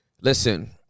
listen